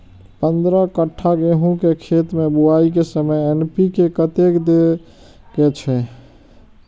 पंद्रह कट्ठा गेहूं के खेत मे बुआई के समय एन.पी.के कतेक दे के छे?